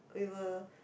we were